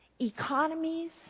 economies